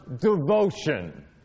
devotion